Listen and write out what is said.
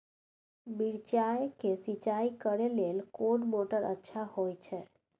मिर्चाय के सिंचाई करे लेल कोन मोटर अच्छा होय छै?